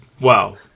wow